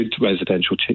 residential